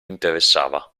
interessava